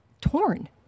torn